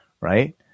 right